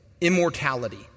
immortality